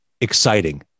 exciting